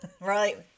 right